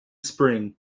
spring